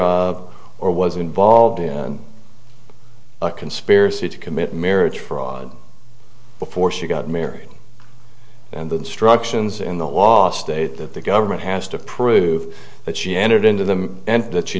of or was involved in a conspiracy to commit marriage fraud before she got married and the instructions in the last state that the government has to prove that she entered into them and that you